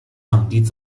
降低